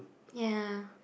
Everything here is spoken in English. ya